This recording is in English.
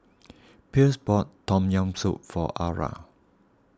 Pierre's bought Tom Yam Soup for Arra